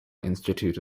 institute